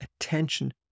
attention